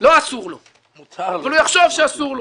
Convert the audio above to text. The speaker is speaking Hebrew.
לא אסור לו אבל הוא יחשוב שאסור לו.